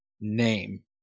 name